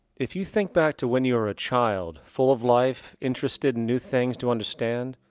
if you think back to when you were a child full of life interested in new things to understand,